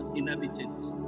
inhabitants